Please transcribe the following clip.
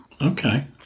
Okay